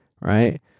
right